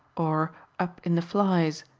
or up in the flies,